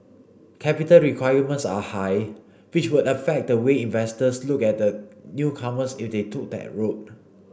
capital requirements are high which would affect the way investors looked at the newcomers if they took that route